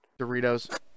Doritos